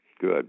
Good